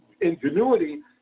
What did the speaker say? ingenuity